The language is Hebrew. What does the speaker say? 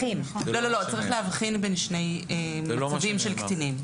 צריך להבחין בין שני מצבים של קטינים.